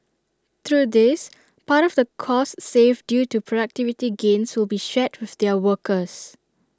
through this part of the costs saved due to productivity gains will be shared with their workers